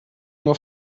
nur